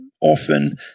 often